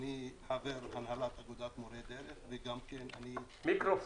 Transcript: אני חבר הנהלת אגודת מורי דרך וגם כן אני נציג